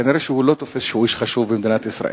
כנראה הוא לא תופס שהוא איש חשוב במדינת ישראל,